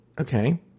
okay